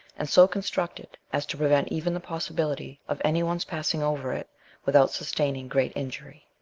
and so constructed as to prevent even the possibility of any one's passing over it without sustaining great injury.